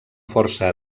força